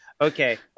okay